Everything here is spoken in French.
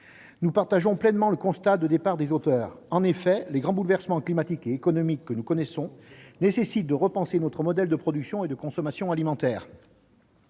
Nous partageons pleinement le constat dont partent les auteurs de ce texte. En effet, les grands bouleversements climatiques et économiques que nous connaissons imposent de repenser notre modèle de production et de consommation alimentaires.